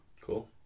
Cool